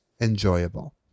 enjoyable